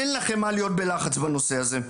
אין לכם מה להיות בלחץ בנושא הזה.